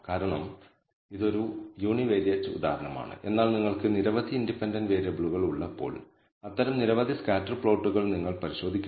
നമ്മൾ ഈ പരീക്ഷണം പല പ്രാവശ്യം നടത്തുകയും β̂₀ ന്റെ നിരവധി എസ്റ്റിമേറ്റുകൾ ലഭിക്കുകയും ചെയ്യട്ടെ അവയുടെ ശരാശരി മൂല്യം യഥാർത്ഥ മൂല്യത്തിലേക്ക് നയിക്കും